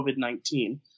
COVID-19